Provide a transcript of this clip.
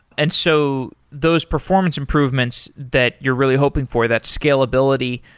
and so those performance improvements that you're really hoping for, that scalability,